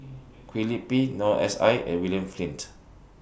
Kwee Lip Pee Noor S I and William Flint